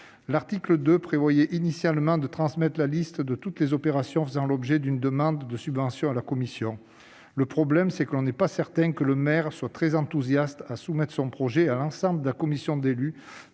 L'article 2 prévoyait initialement de transmettre la liste de toutes les opérations faisant l'objet d'une demande de subvention à la commission. Un problème se pose : il n'est pas certain que le maire soit très enthousiaste à l'idée de soumettre son projet à l'ensemble de la commission d'élus